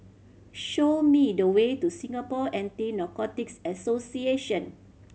show me the way to Singapore Anti Narcotics Association